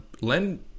Len